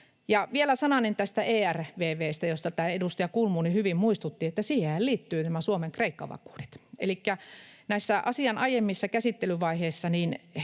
vielä sananen tästä ERVV:stä, josta edustaja Kulmuni hyvin muistutti, että siihenhän liittyvät nämä Suomen Kreikka-vakuudet. Elikkä asian aiemmissa käsittelyvaiheissa